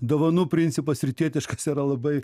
dovanų principas rytietiškas yra labai